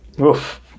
oof